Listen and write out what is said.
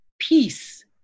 peace